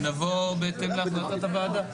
ונבוא בהתאם להחלטת הוועדה.